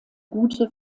gute